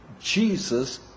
Jesus